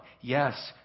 Yes